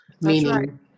meaning